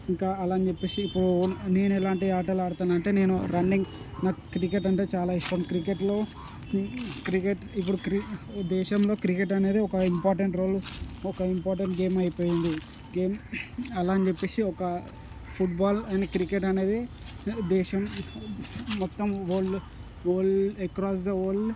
ఇంకా అలా అని చెప్పేసి ఇప్పుడు నేను ఎలాంటి ఆటలు ఆడుతానంటే నేను రన్నింగ్ క్రికెట్ అంటే చాలా ఇష్టం క్రికెట్లో క్రికెట్ ఇప్పుడు క్రికె దేశంలో క్రికెట్ అనేది ఒక ఇంపార్టెంట్ రోల్ ఒక ఇంపార్టెంట్ గేమ్ అయిపోయింది గేమ్ అలా అని చెప్పేసి ఒక ఫుట్బాల్ అని క్రికెట్ అనేది దేశం మొత్తం world world across the old